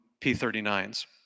P-39s